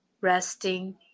resting